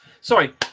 Sorry